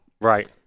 Right